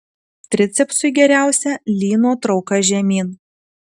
tricepsui geriausia lyno trauka žemyn